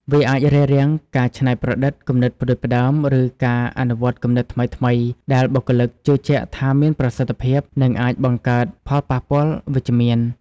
វាអាចរារាំងការច្នៃប្រឌិត គំនិតផ្តួចផ្តើម ឬការអនុវត្តគំនិតថ្មីៗដែលបុគ្គលិកជឿជាក់ថាមានប្រសិទ្ធភាព និងអាចបង្កើតផលប៉ះពាល់វិជ្ជមាន។